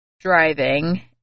driving